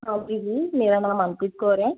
ਹਾਂਜੀ ਜੀ ਮੇਰਾ ਨਾਮ ਮਨਪ੍ਰੀਤ ਕੌਰ ਹੈ